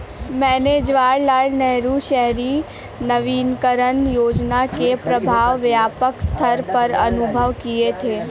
मैंने जवाहरलाल नेहरू शहरी नवीनकरण योजना के प्रभाव व्यापक सत्तर पर अनुभव किये थे